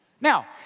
Now